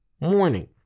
morning